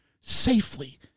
safely